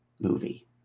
Movie